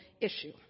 issue